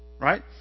Right